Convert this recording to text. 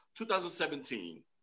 2017